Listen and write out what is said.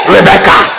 Rebecca